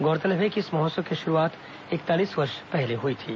गौरतलब है कि इस महोत्सव की शुरूआत इकतालीस वर्ष पहले हुई थी